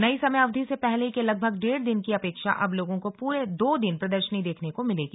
नयी समय अवधि से पहले के लगभग डेढ़ दिन की अपेक्षा अब लोगों को पूरे दो दिन प्रदर्शनी देखने को मिलेगी